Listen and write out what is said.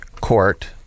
court